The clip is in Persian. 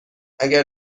اگر